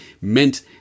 meant